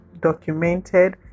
documented